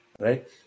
Right